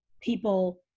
people